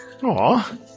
Aww